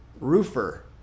roofer